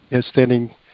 standing